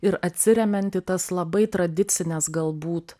ir atsiremiant į tas labai tradicines galbūt